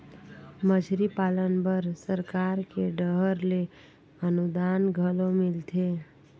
मछरी पालन बर सरकार के डहर ले अनुदान घलो मिलथे